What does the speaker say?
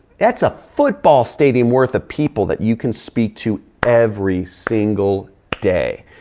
that's a football stadium worth of people that you can speak to every single day.